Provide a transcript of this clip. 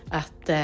att